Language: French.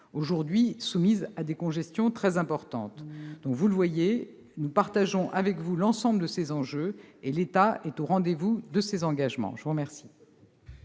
aujourd'hui soumises à des congestions très importantes. Comme vous pouvez le constater, nous partageons avec vous l'ensemble de ces enjeux et l'État est au rendez-vous de ses engagements. La parole